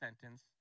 sentence